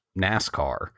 NASCAR